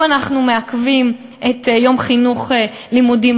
אנחנו מעכבים את יום חינוך לימודים,